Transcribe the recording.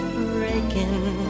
breaking